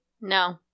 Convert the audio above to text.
No